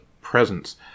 presence